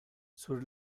sur